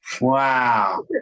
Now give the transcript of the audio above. Wow